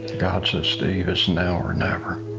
god said, steve, it's now or never.